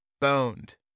boned